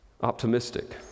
optimistic